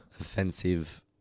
offensive